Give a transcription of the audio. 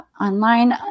online